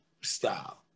style